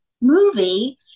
movie